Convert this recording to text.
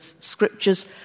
scriptures